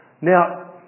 Now